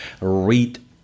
read